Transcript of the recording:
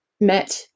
met